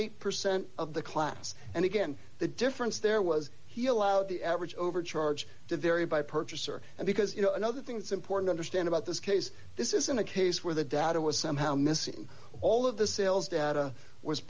eight percent of the class and again the difference there was he allowed the average overcharge to vary by purchaser and because you know another thing that's important understand about this case this isn't a case where the data was somehow missing all of the sales data was